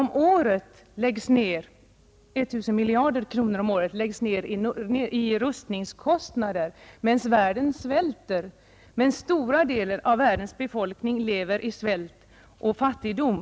Omkring 1 000 miljarder kronor om året läggs ned i rustningskostnader medan stora delar av världens befolkning lever i svält och fattigdom.